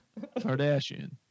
Kardashian